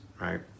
right